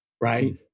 right